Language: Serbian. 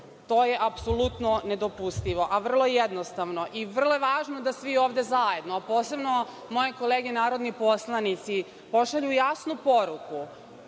To je apsolutno nedopustivo, a vrlo je jednostavno. I vrlo je važno da svi ovde zajedno, a posebno moje kolege narodni poslanici, pošalju jasnu poruku